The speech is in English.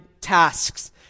tasks